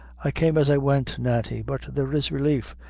i came as i went, nanty but there is relief.